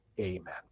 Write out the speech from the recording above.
Amen